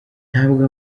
ntabwo